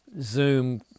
zoom